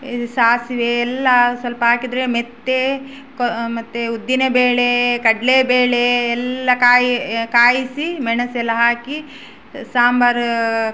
ಸಾಸಿವೆ ಎಲ್ಲ ಸ್ವಲ್ಪ ಹಾಕಿದ್ರೆ ಮೆಂತ್ಯ ಕೊ ಮತ್ತೆ ಉದ್ದಿನಬೇಳೆ ಕಡಲೆ ಬೇಳೆ ಎಲ್ಲ ಕಾಯಿ ಕಾಯಿಸಿ ಮೆಣಸು ಎಲ್ಲ ಹಾಕಿ ಸಾಂಬಾರು